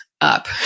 up